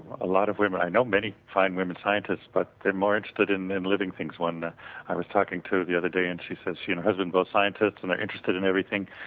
a lot of women, i know many fine women scientist but they're more interested in and living things. one i was talking to the other day and she says she and her and both scientists, and they're interested in everything.